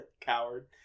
Coward